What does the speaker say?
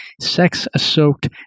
sex-soaked